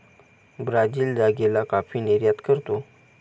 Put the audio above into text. Brazil जागेला coffee निर्यात करतो